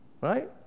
Right